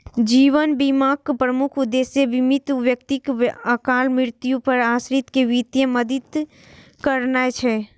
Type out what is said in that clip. जीवन बीमाक प्रमुख उद्देश्य बीमित व्यक्तिक अकाल मृत्यु पर आश्रित कें वित्तीय मदति करनाय छै